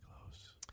close